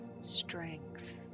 strength